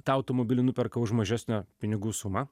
tą automobilį nuperka už mažesnę pinigų sumą